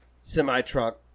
semi-truck